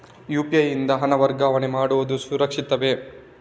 UPI ಯಿಂದ ಹಣ ವರ್ಗಾವಣೆ ಮಾಡುವುದು ಸುರಕ್ಷಿತವೇ?